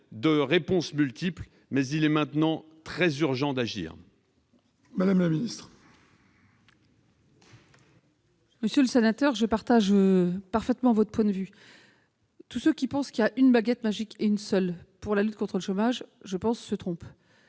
de réponses multiples. Il est maintenant très urgent d'agir ! La parole est à Mme la ministre. Monsieur le sénateur, je partage tout à fait votre point de vue. Tous ceux qui pensent qu'il y a une baguette magique et une seule pour la lutte contre le chômage se trompent.